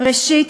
ראשית,